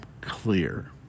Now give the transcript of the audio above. clear